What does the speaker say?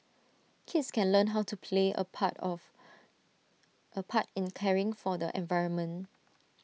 kids can learn how to play A part of A part in caring for the environment